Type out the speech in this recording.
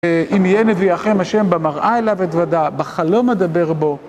אם יהיה נביאכם השם במראה אליו אתוודה, בחלום אדבר בו